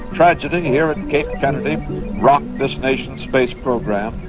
tragedy here at cape kennedy rocked this nation's space program,